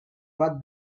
bat